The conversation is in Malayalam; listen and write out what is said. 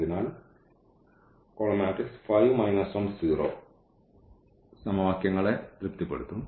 അതിനാൽ സമവാക്യങ്ങളെ തൃപ്തിപ്പെടുത്തും